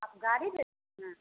आप गाड़ी